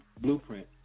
blueprint